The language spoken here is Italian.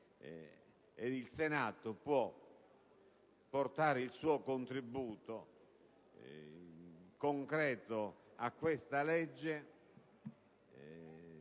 il Senato può portare il suo concreto contributo a questa legge,